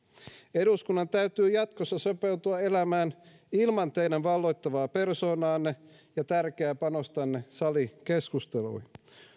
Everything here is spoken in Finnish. eduskunnan täytyy jatkossa sopeutua elämään ilman teidän valloittavaa persoonaanne ja tärkeää panostanne salikeskusteluihin